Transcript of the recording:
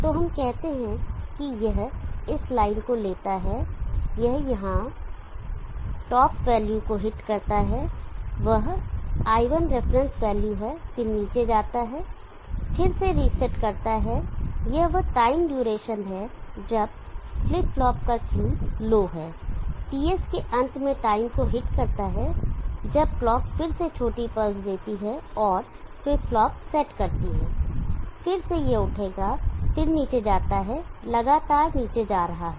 तो हम कहते हैं कि यह इस लाइन को लेता है यह यहां टॉप वैल्यू को हिट करता है वह il रिफरेंस वैल्यू है फिर नीचे जाता है फिर से रीसेट करता है यह वह टाइम ड्यूरेशन है जब फ्लिप फ्लॉप का Q लो है TS के अंत में टाइम को हिट करता है जब क्लॉक फिर से छोटी पल्स देती है और फ्लिप फ्लॉप सेट करती है फिर से यह उठेगा फिर नीचे जाता है लगातार नीचे जा रहा है